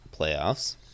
playoffs